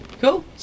Cool